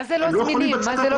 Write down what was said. מה זה "לא זמינים"?